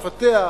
לפתח,